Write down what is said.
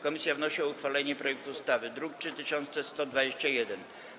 Komisja wnosi o uchwalenie projektu ustawy z druku nr 3121.